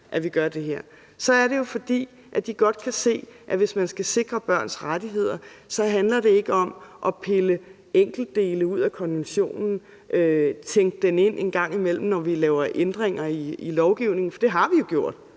er det jo, fordi de godt kan se, at hvis man skal sikre børns rettigheder, så handler det ikke om at pille enkeltdele ud af konventionen og tænke den ind en gang imellem, når vi laver ændringer i lovgivningen. For det har vi jo gjort.